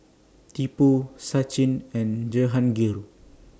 Tipu Sachin and Jehangirr